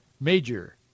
major